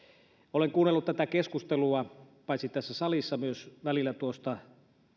olen kuunnellut tätä keskustelua paitsi tässä salissa myös välillä tuolta